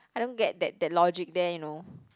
I don't get that that logic there you know